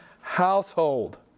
household